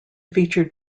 feature